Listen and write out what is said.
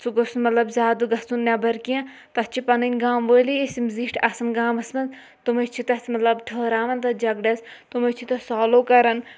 سُہ گوٚژھ نہٕ مطلب زیادٕ گژھُن نیٚبَر کینٛہہ تَتھ چھِ پَنٕنۍ گام وٲلی اَسہِ یِم زِٹھۍ آسان گامَس منٛز تِمَے چھِ تَتھ مطلب ٹھٔہراوان تَتھ جَگڑس تِمَے چھِ تَتھ سالوٗ کَران